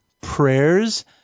prayers